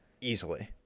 Easily